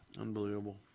Unbelievable